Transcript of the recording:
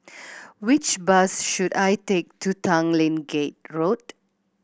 which bus should I take to Tanglin Gate Road